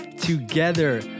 together